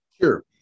Sure